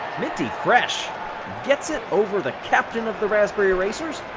minty fresh gets it over the captain of the raspberry racers.